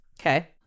Okay